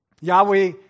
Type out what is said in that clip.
Yahweh